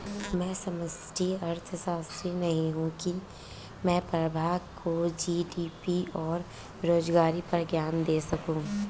मैं समष्टि अर्थशास्त्री नहीं हूं की मैं प्रभा को जी.डी.पी और बेरोजगारी पर ज्ञान दे सकूं